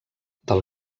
del